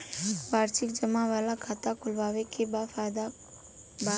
वार्षिकी जमा वाला खाता खोलवावे के का फायदा बा?